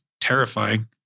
terrifying